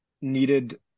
needed